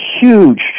huge